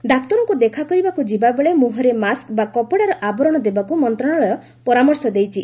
ଡାକ୍ତରଙ୍କୁ ଦେଖାକରିବାକୁ ଯିବାବେଳେ ମୁହଁରେ ମାସ୍କ ବା କପଡ଼ାର ଆବରଣ ଦେବାକୁ ମନ୍ତ୍ରଣାଳୟ ପରାମର୍ଶ ଦେଇଛି